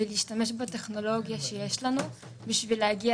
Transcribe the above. ולהשתמש בטכנולוגיה שיש לנו בשביל להגיע